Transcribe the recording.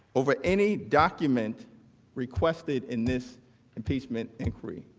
over any documents requested in this impeachment inquiry